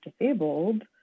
disabled